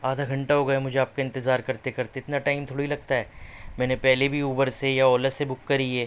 آدھا گھنٹہ ہوگیا مجھے آپ کا انتظار کرتے کرتے اتنا ٹائم تھوڑی لگتا ہے میں نے پہلے بھی اوبر سے یا اولا سے بک کری ہے